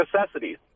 Necessities